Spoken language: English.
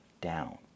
down